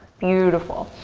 beautiful,